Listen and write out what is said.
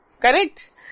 correct